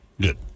Good